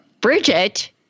Bridget